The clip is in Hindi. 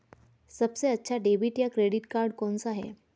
सबसे अच्छा डेबिट या क्रेडिट कार्ड कौन सा है?